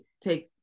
take